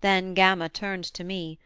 then gama turned to me